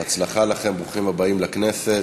בהצלחה לכם, ברוכים הבאים לכנסת.